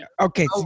okay